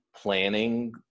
planning